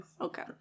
okay